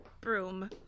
broom